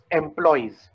employees